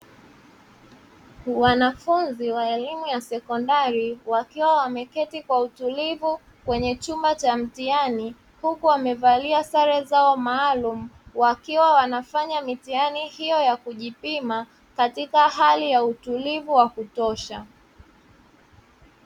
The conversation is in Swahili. Wanafunzi wa elimu ya sekondari wakiwa wameketi kwa utulivu kwenye chumba cha mtihani, huku wamevalia sare zao maalumu wakiwa wanafanya mitihani hiyo ya kujipima, katika hali ya utulivu wa kutosha.